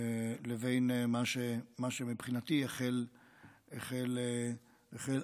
לבין מה שמבחינתי החל אז.